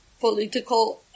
political